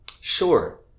sure